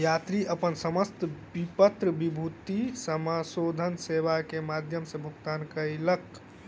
यात्री अपन समस्त विपत्र विद्युतीय समाशोधन सेवा के माध्यम सॅ भुगतान कयलक